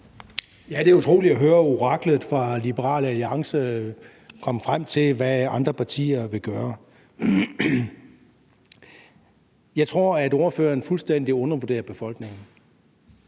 Det er utroligt at høre oraklet fra Liberal Alliance komme frem til, hvad andre partier vil gøre. Jeg tror, at ordføreren fuldstændig undervurderer befolkningen.